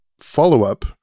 follow-up